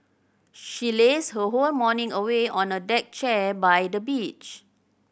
she lazed her whole morning away on a deck chair by the beach